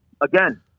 again